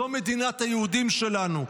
זאת מדינת היהודים שלנו,